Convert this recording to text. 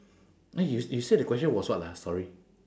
uh you you say the question was what ah sorry